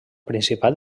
principat